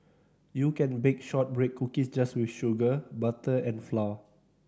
you can bake shortbread cookies just with sugar butter and flour